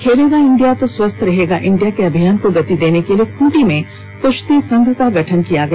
खेलेगा इंडिया तो स्वस्थ रहेगा इंडिया के अभियान को गति देने के लिए खूंटी में कृश्ती संघ का गठन किया गया